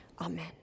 Amen